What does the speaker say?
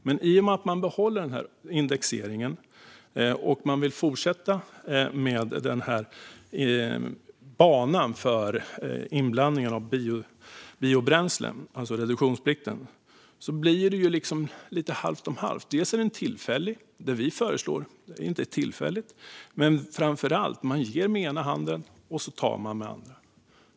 Men i och med att man behåller indexeringen och vill fortsätta på banan gällande inblandning av biobränslen, alltså reduktionsplikten, blir det ju liksom lite halvt om halvt. Inte bara är det tillfälligt, medan det vi föreslår inte är tillfälligt, utan framför allt ger man med ena handen och tar med den andra.